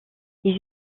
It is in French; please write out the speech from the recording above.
ils